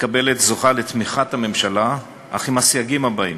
זוכה לתמיכת הממשלה, אך עם הסייגים הבאים: